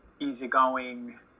easygoing